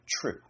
true